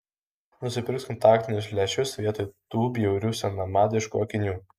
nusipirks kontaktinius lęšius vietoj tų bjaurių senamadiškų akinių